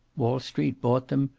wall street bought them,